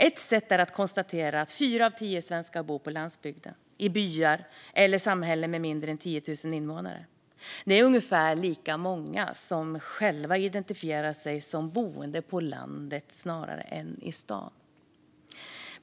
Ett sätt är att konstatera att fyra av tio svenskar bor på landsbygden - i byar eller samhällen med färre än 10 000 invånare. Ungefär lika många identifierar sig själva som boende på landet snarare än i stan.